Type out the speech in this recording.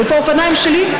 איפה האופניים שלי?